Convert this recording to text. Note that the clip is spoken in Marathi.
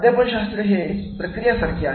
अध्यापन शास्त्र हे प्रक्रिया सारखे आहे